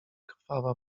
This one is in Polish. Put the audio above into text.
krwawa